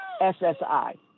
SSI